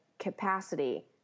capacity